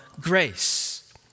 grace